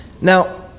Now